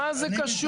מה זה קשור?